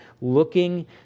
looking